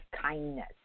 kindness